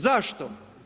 Zašto?